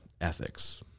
ethics